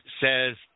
says